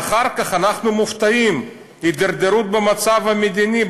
ואחר כך אנחנו מופתעים: הידרדרות במצב המדיני,